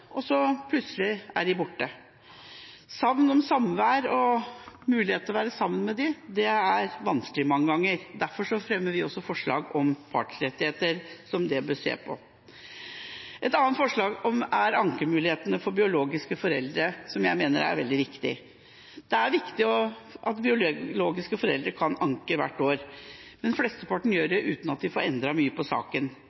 og så plutselig er de borte. Savn av samvær og mulighet til å være sammen med dem er vanskelig mange ganger, og derfor fremmer vi forslag om partsrettigheter som en bør se på. Et annet forslag gjelder ankemulighetene for biologiske foreldre, som jeg mener er veldig viktig. Det er viktig at biologiske foreldre kan anke hvert år, men flesteparten gjør